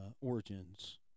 origins